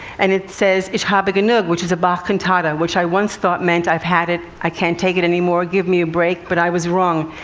and it says, ich habe genug, which is a bach cantata, which i once thought meant i've had it, i can't take it anymore, give me a break, but i was wrong.